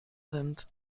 sind